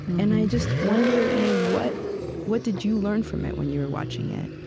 and i just wonder, you know what what did you learn from it when you were watching it?